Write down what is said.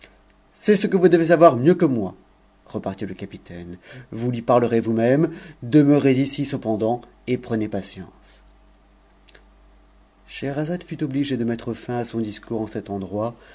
c'est ce que vous devez w mieux que moi repartit le capitaine vous lui parlerez vous huc demeurez ici cependant et prenez patience l'hehcrazade fut obligée de mettre fin à son discours en cet endroit